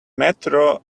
metro